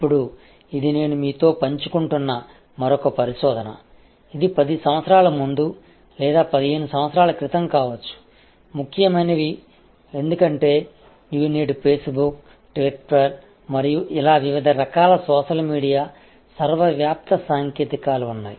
ఇప్పుడు ఇది నేను మీతో పంచుకుంటున్న మరొక పరిశోధన ఇది 10 సంవత్సరాల ముందు లేదా 15 సంవత్సరాల క్రితం కావచ్చు ముఖ్యమైనవి ఎందుకంటే ఇవి నేడు ఫేస్బుక్ ట్విట్టర్ మరియు ఇలా వివిధ రకాల సోషల్ మీడియా సర్వవ్యాప్త సాంకేతికతలు ఉన్నాయి